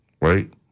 right